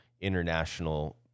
international